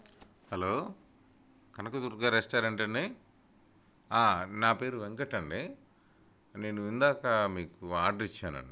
hello Kanakadurga restaurant అండి నా పేరు వెంకట్ అండి నేను ఇందాక మీకు ఆర్డర్ ఇచ్చాను నేను